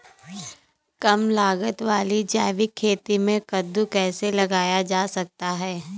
कम लागत वाली जैविक खेती में कद्दू कैसे लगाया जा सकता है?